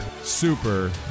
super